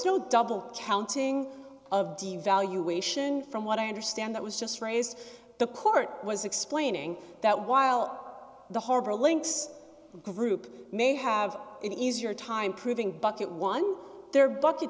no double counting of devaluation from what i understand that was just raised the court was explaining that while the harbor links group may have an easier time proving bucket one their bu